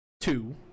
two